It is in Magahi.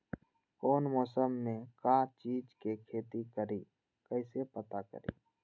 कौन मौसम में का चीज़ के खेती करी कईसे पता करी?